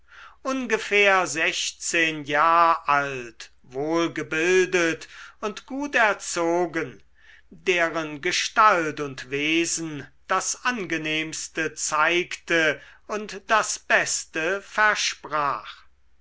ungefähr sechzehn jahr alt wohlgebildet und gut erzogen deren gestalt und wesen das angenehmste zeigte und das beste versprach